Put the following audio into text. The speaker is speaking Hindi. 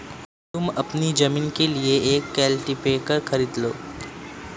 तुम अपनी जमीन के लिए एक कल्टीपैकर खरीद लो